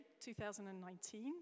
2019